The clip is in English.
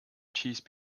cheese